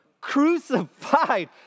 crucified